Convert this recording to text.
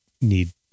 need